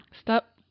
Stop